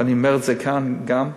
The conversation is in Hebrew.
ואני אומר את זה כאן גם,